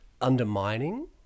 Undermining